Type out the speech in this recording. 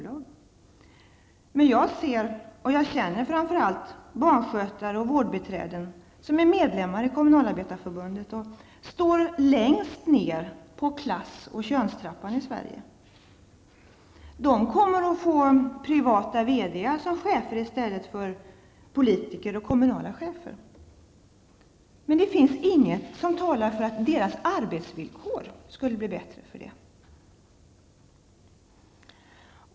Men jag ser och känner framför allt barnskötare och vårdbiträden som är medlemmar i kommunalarbetareförbundet och står längst ner på klass och könstrappan i Sverige. De kommer att få privata verkställande direktörer som chefer i stället för politiker och kommunala chefer. Men det finns inget som talar för att deras arbetsvillkor skulle bli bättre för det.